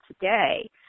today